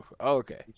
Okay